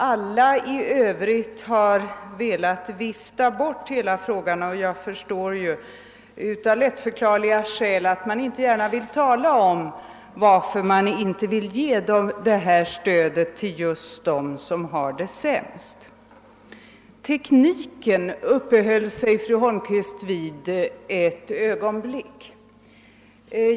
Alla övriga har viftat bort hela frågan, och jag förstår att man av lättförklarliga skäl inte vill tala om varför man inte vill ge detta stöd just till dem som har det sämst. Fru Holmqvist uppehöll sig ett ögonblick vid tekniken.